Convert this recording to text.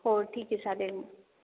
हो ठीक आहे चालेल मग